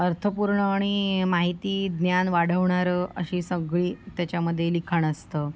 अर्थपूर्ण अणि माहिती ज्ञान वाढवणारं अशी सगळी त्याच्यामध्ये लिखाण असतं